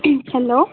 hello